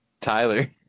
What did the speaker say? Tyler